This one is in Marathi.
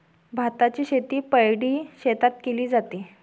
भाताची शेती पैडी शेतात केले जाते